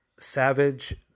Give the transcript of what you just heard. Savage